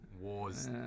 wars